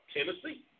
Tennessee